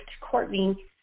Courtney